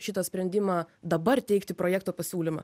šitą sprendimą dabar teikti projekto pasiūlymą